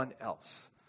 else